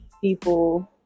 people